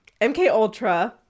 MKUltra